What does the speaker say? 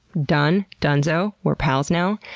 done. dunzo. we're pals now.